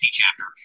chapter